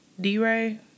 D-Ray